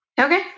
okay